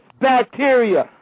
bacteria